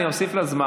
אני אוסיף לה זמן,